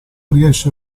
riesce